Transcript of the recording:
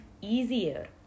easier